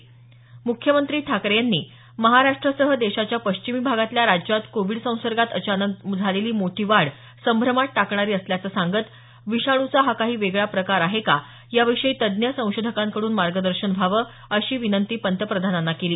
म्ख्यमंत्री ठाकरे यांनी महाराष्ट्रासह देशाच्या पश्चिमी भागातल्या राज्यांत कोविड संसर्गात अचानक झालेली मोठी वाढ संभ्रमात टाकणारी असल्याचं सांगत विषाणूचा हा काही वेगळा प्रकार आहे का याविषयी तज्ज्ञ संशोधकांकडून मार्गदर्शन व्हावं अशी विनंती पंतप्रधानांना केली